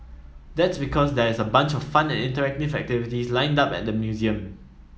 that's because there's a bunch of fun and interactive activities lined up at the museum